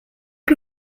que